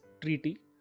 treaty